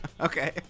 Okay